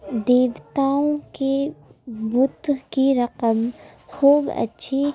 دیوتاؤں کے بُت کی رقم خوب اچھی